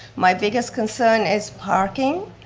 my biggest concern is parking,